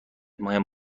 مهم